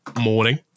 morning